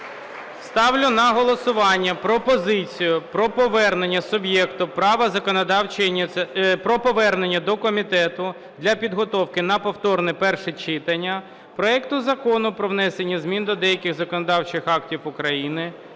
права законодавчої… про повернення до комітету для підготовки на повторне перше читання проекту Закону про внесення змін до деяких законодавчих актів України